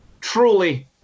truly